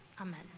Amen